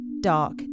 dark